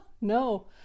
No